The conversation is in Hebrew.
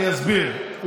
אני אסביר,